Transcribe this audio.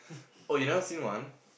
oh you never seen one